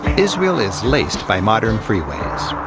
israel is laced by modern freeways.